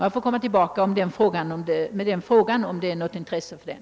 Jag får komma tillbaka till den frågan, om det finns något intresse för den.